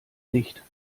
nicht